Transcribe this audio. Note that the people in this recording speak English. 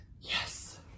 Yes